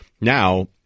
Now